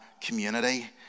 community